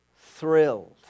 thrilled